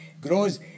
Grows